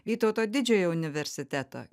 vytauto didžiojo universiteto